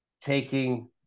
taking